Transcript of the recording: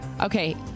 Okay